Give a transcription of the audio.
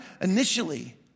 initially